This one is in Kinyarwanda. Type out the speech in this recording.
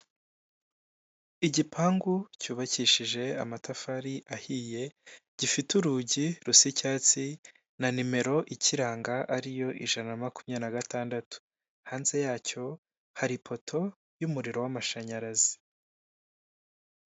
Igipangu cyubakishije amatafari ahiye, gifite urugi rusa icyatsi na nimero ikiranga ariyo ijana na makumyabiri na gatandatu, hanze yacyo hari ipoto y'umuriro w'amashanyarazi.